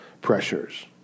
pressures